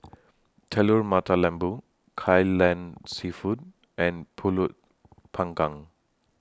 Telur Mata Lembu Kai Lan Seafood and Pulut Panggang